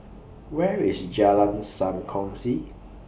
Where IS Jalan SAM Kongsi